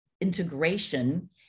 integration